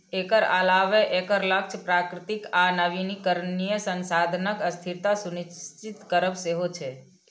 एकर अलावे एकर लक्ष्य प्राकृतिक आ नवीकरणीय संसाधनक स्थिरता सुनिश्चित करब सेहो छै